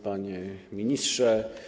Panie Ministrze!